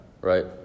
right